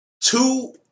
two